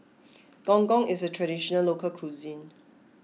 Gong Gong is a Traditional Local Cuisine